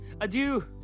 Adieu